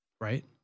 right